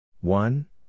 one